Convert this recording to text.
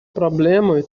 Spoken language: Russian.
проблемой